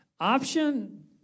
Option